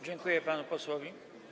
Dziękuję panu posłowi.